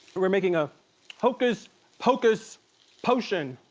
we're making a hocus pocus potion,